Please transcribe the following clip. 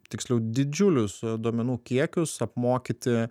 tiksliau didžiulius duomenų kiekius apmokyti